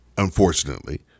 unfortunately